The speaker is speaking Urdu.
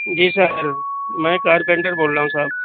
جی سر میں کارپینٹر بول رہا ہوں صاحب